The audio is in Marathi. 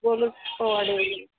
बोलूच पोवाडे